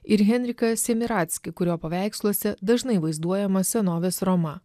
ir henriką simiratskį kurio paveiksluose dažnai vaizduojama senovės roma